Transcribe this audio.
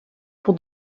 pour